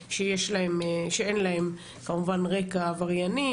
אנשים שאין להם רקע עברייני.